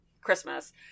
Christmas